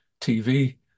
TV